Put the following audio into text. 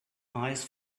eyes